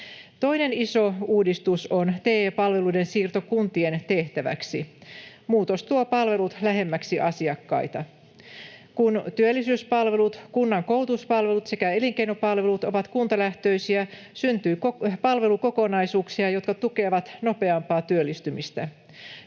Toinen iso uudistus on TE-palveluiden siirto kuntien tehtäväksi. Muutos tuo palvelut lähemmäksi asiakkaita. Kun työllisyyspalvelut, kunnan koulutuspalvelut sekä elinkeinopalvelut ovat kuntalähtöisiä, syntyy palvelukokonaisuuksia, jotka tukevat nopeampaa työllistymistä.